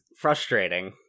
frustrating